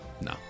No